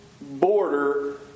border